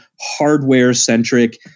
hardware-centric